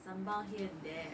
sambal here and there